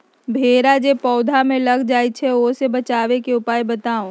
भेरा जे पौधा में लग जाइछई ओ से बचाबे के उपाय बताऊँ?